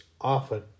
often